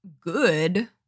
good